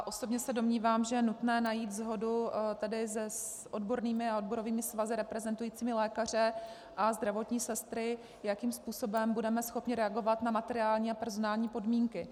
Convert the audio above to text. Osobně se domnívám, že je nutné najít shodu s odbornými a odborovými svazy reprezentujícími lékaře a zdravotní sestry, jakým způsobem budeme schopni reagovat na materiální a personální podmínky.